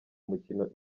umukino